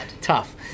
Tough